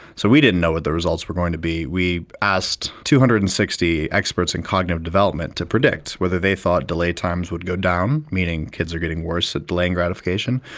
so we didn't know what the results were going to be. we asked two hundred and sixty experts in cognitive development to predict whether they thought delay times would go down, meaning kids are getting worse at delaying gratification,